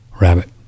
rabbit